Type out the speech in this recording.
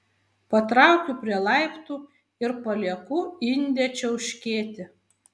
patraukiu prie laiptų ir palieku indę čiauškėti